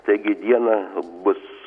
taigi dieną bus